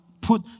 put